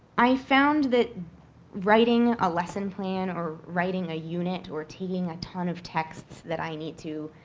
i found that writing a lesson plan or writing a unit or taking a ton of texts that i need to,